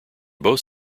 both